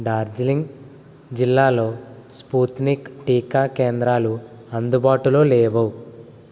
డార్జిలింగ్ జిల్లాలో స్పూత్నిక్ టీకా కేంద్రాలు అందుబాటులో లేవు